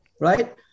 right